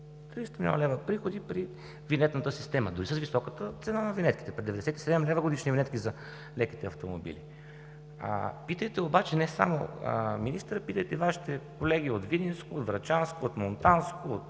лева приходи при винетната система! Дори с високата цена на винетката – при 97 лв. годишни винетки, за леките автомобили! Питайте обаче не само министъра, питайте Вашите колеги от видинско, врачанско, от монтанско,